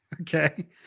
Okay